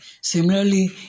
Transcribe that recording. Similarly